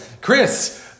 Chris